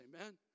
Amen